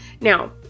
Now